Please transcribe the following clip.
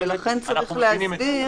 אנחנו מבינים את זה.